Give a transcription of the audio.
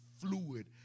fluid